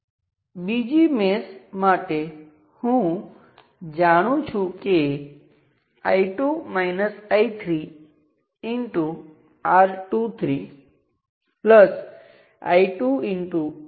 તે વોલ્ટેજ કેટલો છે તે ફરીથી Vn V છે અને તે જ રીતે તમે જુઓ છો કે વોલ્ટેજ સ્ત્રોત પછી આ તમામ બિંદુઓ પરનાં વોલ્ટેજ સમાન અને V n v છે